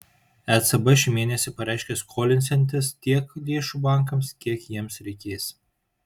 ecb šį mėnesį pareiškė skolinsiantis tiek lėšų bankams kiek jiems reikės